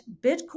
Bitcoin